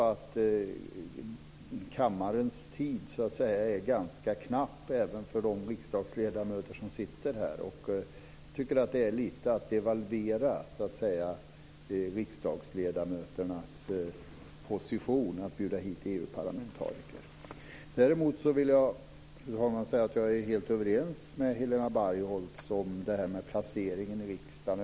Men kammarens tid är ganska knapp även för de riksdagsledamöter som sitter här och jag tycker att det är att lite devalvera riksdagsledamöternas position att bjuda hit EU-parlamentariker. Däremot, fru talman, är jag helt överens med Helena Bargholtz om detta med placeringen i riksdagen.